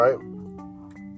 right